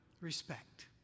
respect